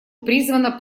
призвана